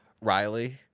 Riley